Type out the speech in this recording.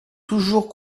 toujours